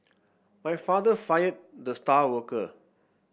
my father fired the star worker